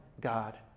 God